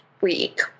week